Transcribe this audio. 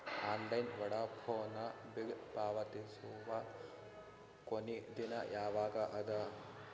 Online Vodafone bill ಪಾವತಿಸುವ ಕೊನಿ ದಿನ ಯವಾಗ ಅದ?